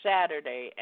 Saturday